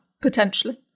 potentially